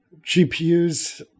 GPUs